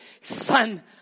Son